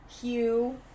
Hugh